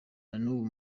n’ubu